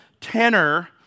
tenor